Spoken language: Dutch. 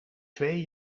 twee